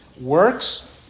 works